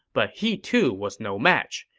but he, too, was no match.